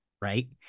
right